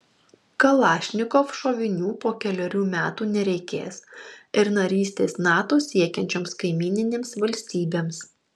kalašnikov šovinių po kelerių metų nereikės ir narystės nato siekiančioms kaimyninėms valstybėms